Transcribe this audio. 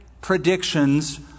predictions